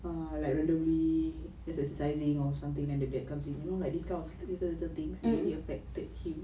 err like randomly is exercising or something then the dad comes in you know like this kind of stupid little things it it affected him